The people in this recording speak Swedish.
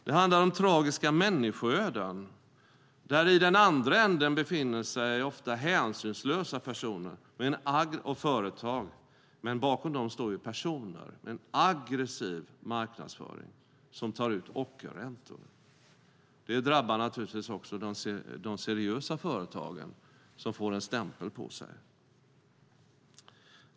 Det handlar om tragiska människoöden där det i den andra änden befinner sig ofta hänsynslösa företag, och bakom dem står personer med en aggressiv marknadsföring som tar ut ockerräntor. Det drabbar naturligtvis också de seriösa företagen som får en stämpel på sig.